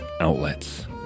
outlets